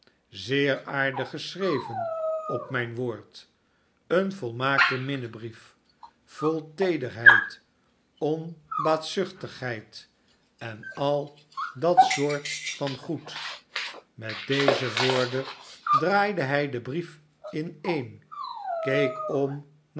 zeer aardig geschreven op mijn woord een volmaakte minnebrief vol teederheid onbaatzuchtigheid en al dat soort van goed met deze woorden draaide hij den brief ineen keek om